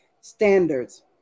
standards